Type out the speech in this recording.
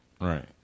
Right